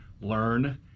learn